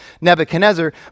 Nebuchadnezzar